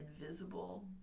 invisible